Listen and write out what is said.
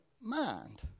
mind